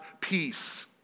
peace